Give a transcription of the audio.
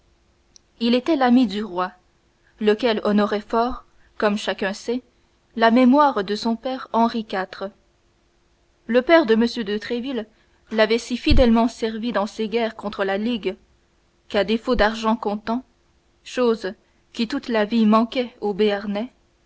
il était l'ami du roi lequel honorait fort comme chacun sait la mémoire de son père henri iv le père de m de tréville l'avait si fidèlement servi dans ses guerres contre la ligue qu'à défaut d'argent comptant chose qui toute la vie manqua au béarnais